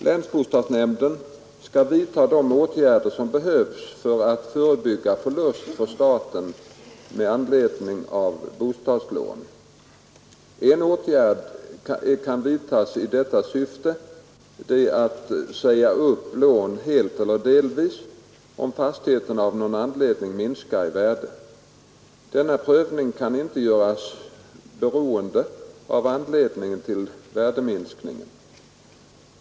Länsbostadsnämnd skall vidta de åtgärder som behövs för att förebygga förlust för staten med anledning av bostadslån. En åtgärd som kan vidtas i detta syfte är att säga upp lån helt eller delvis, om fastigheten av någon anledning minskar i värde. Denna prövning kan inte göras beroende av anledningen till värdeminskningen.